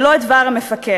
ולא את דבר המפקד.